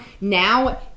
now